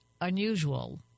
unusual